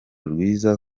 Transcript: rwiza